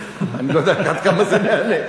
אני לא יודע עד כמה זה מהנה.